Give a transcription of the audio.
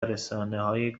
رسانههای